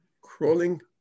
crawling